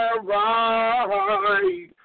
right